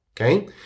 okay